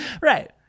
right